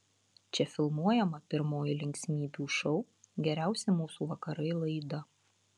čia filmuojama pirmoji linksmybių šou geriausi mūsų vakarai laida